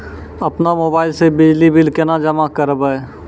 अपनो मोबाइल से बिजली बिल केना जमा करभै?